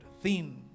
thin